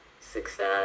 success